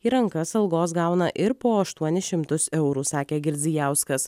į rankas algos gauna ir po aštuonis šimtus eurų sakė girdzijauskas